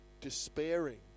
despairing